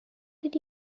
did